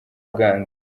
uganda